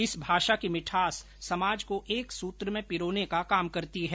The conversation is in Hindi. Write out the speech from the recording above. इस भाषा की मिठास समाज को एक सुत्र में पिरोने का काम करती है